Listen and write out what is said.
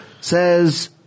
says